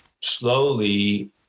slowly